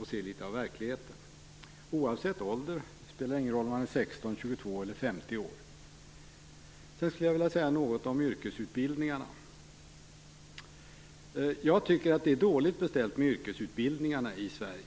och se litet av verkligheten, oavsett ålder. Det spelar ingen roll om man är 16, 22 eller 50 år. Jag skulle vilja säga något om yrkesutbildningarna. Jag tycker att det är dåligt beställt med yrkesutbildningarna i Sverige.